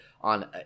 on